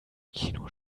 kino